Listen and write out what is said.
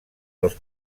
los